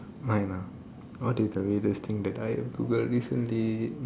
mine ah what is the weirdest thing that I have Googled recently